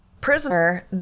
prisoner